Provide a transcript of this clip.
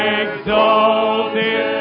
exalted